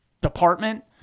department